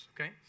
okay